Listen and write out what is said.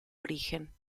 origen